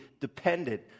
dependent